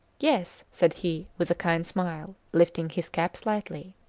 yes, said he, with a kind smile, lifting his cap slightly.